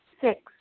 six